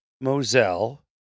Moselle